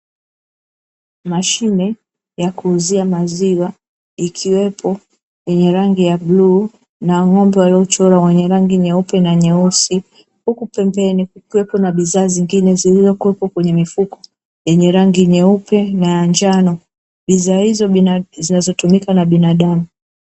Mashine ya kuuzia maziwa, ikiwepo yenye rangi ya bluu na ng'ombe waliochorwa wenye rangi nyeupe na nyeusi, huku pembeni kukiwepo na bidhaa zingine zilizokuwepo kwenye mifuko yenye rangi nyeupe na ya njano, bidhaa hizo zinazotumika na binadamu.